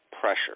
pressure